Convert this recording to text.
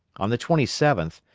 on the twenty seventh,